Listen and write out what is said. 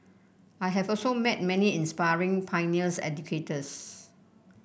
I have also met many inspiring pioneers educators